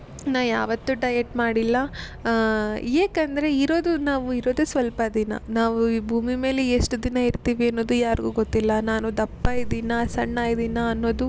ನಾ ಯಾವತ್ತು ಡಯೆಟ್ ಮಾಡಿಲ್ಲ ಏಕಂದರೆ ಇರೋದು ನಾವು ಇರೋದು ಸ್ವಲ್ಪ ದಿನ ನಾವು ಈ ಭೂಮಿ ಮೇಲೆ ಎಷ್ಟು ದಿನ ಇರ್ತೀವಿ ಅನ್ನೋದು ಯಾರಿಗೂ ಗೊತ್ತಿಲ್ಲ ನಾನು ದಪ್ಪ ಇದ್ದೀನಾ ಸಣ್ಣ ಇದ್ದೀನಾ ಅನ್ನೋದು